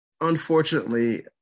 unfortunately